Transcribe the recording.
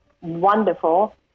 wonderful